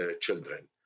children